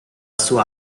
sua